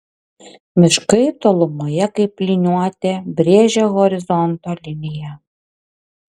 miškai tolumoje kaip liniuote brėžia horizonto liniją